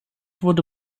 wurde